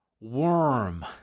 worm